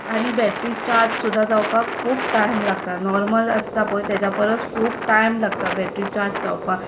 आनी battery charge सुद्दां जावपाक खूब टायम लागता नोर्मल आसता पळय ताज्या परस खूब टायम लागता बॅटरी चार्ज जावपाक